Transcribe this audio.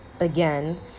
again